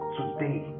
today